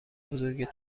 بزرگ